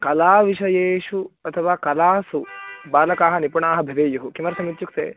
कलाविषयेषु अथवा कलासु बालकाः निपुणाः भवेयुः किमर्थमित्युक्ते